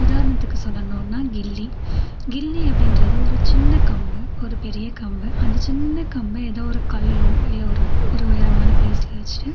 உதாரணத்துக்கு சொல்லணும்னா கில்லி கில்லி அப்படின்றது ஒரு சின்ன கம்பு ஒரு பெரிய கம்பு அந்த சின்ன கம்பு ஏதோ ஒரு கல்லோ இல்லை ஒரு ஒரு உயரமான பிளேஸ்ல வச்சிட்டு